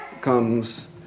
comes